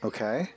Okay